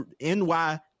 NY